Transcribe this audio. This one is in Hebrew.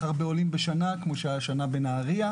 הרבה עולים בשנה כמו שהיה השנה בנהריה,